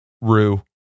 Rue